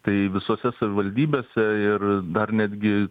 tai visose savivaldybėse ir dar netgi